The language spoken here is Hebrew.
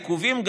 העיכובים,